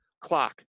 clock